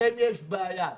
למשטרה יש בעיה.